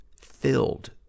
filled